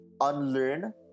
unlearn